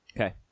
Okay